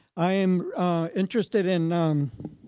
i am interested in